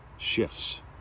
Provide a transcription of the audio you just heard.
Shifts